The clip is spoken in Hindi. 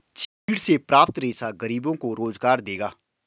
चीड़ से प्राप्त रेशा गरीबों को रोजगार देगा